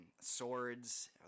swords